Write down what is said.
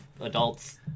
adults